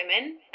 women